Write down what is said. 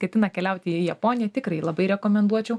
ketina keliauti į japoniją tikrai labai rekomenduočiau